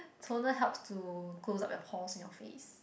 toner helps to close up your pores on your face